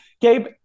Gabe